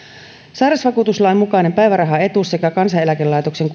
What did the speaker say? sairausvakuutuslain mukainen päivärahaetuus sekä kansaneläkelaitoksen